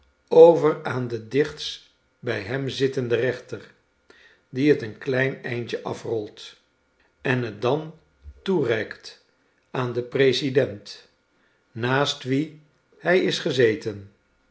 over aan den dichtst bij hem zittenden rechter die het een klein eindjeafrolt en het dan toereikt aan den president naast wien hij is gezeten